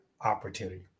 opportunity